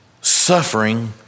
suffering